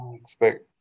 expect